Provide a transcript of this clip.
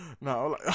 no